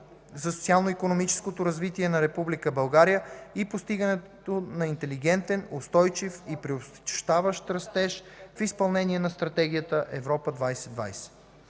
за социално-икономическото развитие на Република България и постигането на интелигентен, устойчив и приобщаващ растеж в изпълнение на Стратегията „Европа 2020”;